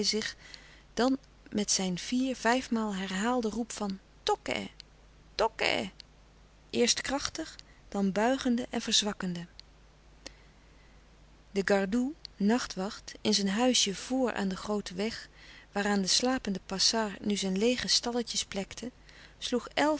dan met zijn vier vijfmaal herhaalden roep van tokkè tokkè eerst krachtig dan buigende en verzwakkende e gade nachtwacht in zijn huisje vor aan den grooten weg waaraan de slapende pasar nu zijn leêge stalletjes plekte